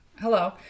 hello